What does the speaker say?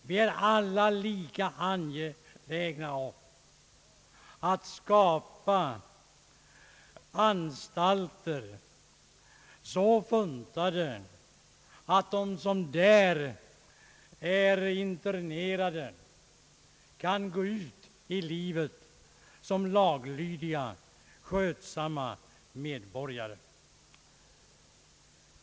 Vi är alla lika angelägna om att skapa anstalter som är sådana att de internerade kan gå ut därifrån som laglydiga och skötsamma medborgare.